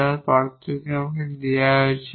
যার পার্থক্য এখানে দেওয়া হয়েছে